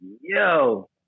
yo